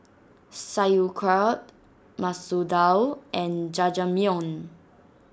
Sauerkraut Masoor Dal and Jajangmyeon